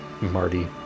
Marty